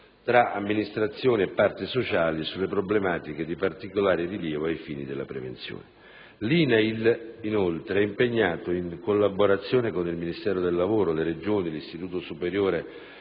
tra amministrazioni e parti sociali sulle problematiche di particolare rilievo ai fini della prevenzione. L'INAIL, inoltre, è impegnato, in collaborazione con il Ministero del lavoro e della previdenza